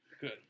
Good